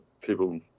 people